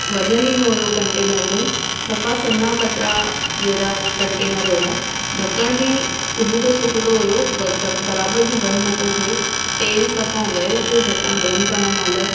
वजनु ही न हुयो कंटेनर में सफ़ा सना पतड़ा जहिड़ा कंटेनर हुया ढकणु बि उबितो सुबितो हुयो बराबरु बि बंदि न पियो थिए तेलु सफ़ा वहे पियो ढकणु बंदि करणु महिल